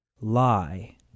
lie